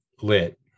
lit